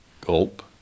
Gulp